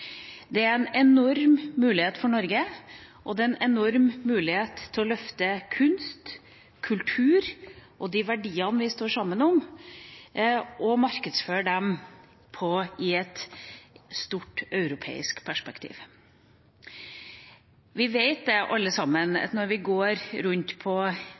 en enorm mulighet for Norge, en enorm mulighet til å løfte kunst, kultur og de verdiene vi står sammen om, og markedsføre dem i et stort, europeisk perspektiv. Vi vet alle sammen